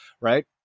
Right